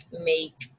make